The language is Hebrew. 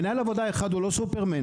מנהל עבודה אחד הוא לא "סופרמן".